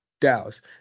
Dallas